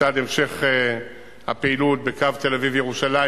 בצד המשך הפעילות בקו תל-אביב ירושלים,